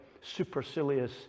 supercilious